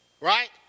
right